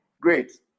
Great